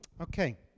Okay